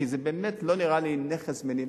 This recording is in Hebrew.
כי זה באמת לא נראה לי נכס מניב.